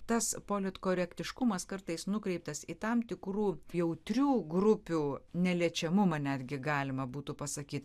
tas politkorektiškumas kartais nukreiptas į tam tikrų jautrių grupių neliečiamumą netgi galima būtų pasakyt